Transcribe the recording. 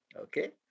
Okay